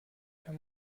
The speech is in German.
herr